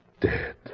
Dead